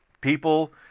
people